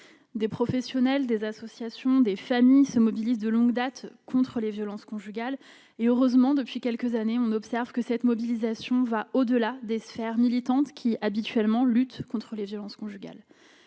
des professionnels, des associations, des familles se mobilisent de longue date contre les violences conjugales. Heureusement, depuis quelques années, on observe que cette mobilisation va au-delà des sphères militantes qui, habituellement, luttent contre les violences conjugales.